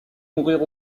mourir